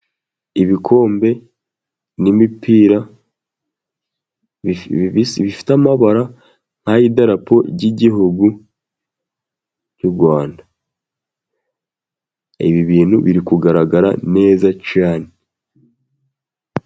Ibikombe n'imipira bifite amabara nkay'idarapo ry'igihugu cy'u Rwanda. Ibi bintu biri kugaragara neza cyane.